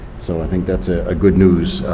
so i think that's a good news.